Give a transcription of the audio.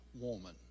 woman